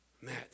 Matt